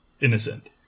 innocent